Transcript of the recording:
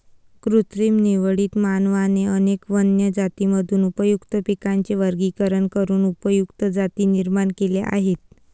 कृत्रिम निवडीत, मानवाने अनेक वन्य जातींमधून उपयुक्त पिकांचे वर्गीकरण करून उपयुक्त जाती निर्माण केल्या आहेत